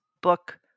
book